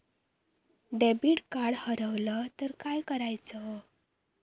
Debit card हरवल तर काय करायच?